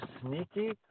sneaky